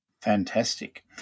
Fantastic